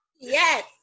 Yes